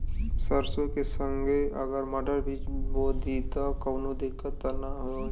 सरसो के संगे अगर मटर भी बो दी त कवनो दिक्कत त ना होय?